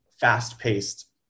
fast-paced